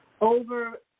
over